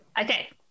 Okay